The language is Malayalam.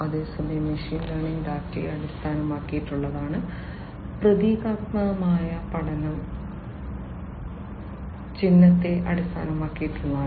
അതേസമയം മെഷീൻ ലേണിംഗ് ഡാറ്റയെ അടിസ്ഥാനമാക്കിയുള്ളതാണ് പ്രതീകാത്മക പഠനം ചിഹ്നത്തെ അടിസ്ഥാനമാക്കിയുള്ളതാണ്